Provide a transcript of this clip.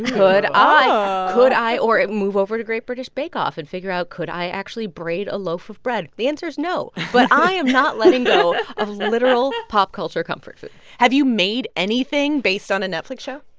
could i could i or move over to great british bake off and figure out, could i actually braid a loaf of bread? the answer's no but i am not letting go of literal pop culture comfort food have you made anything based on a netflix show?